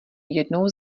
jednou